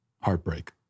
heartbreak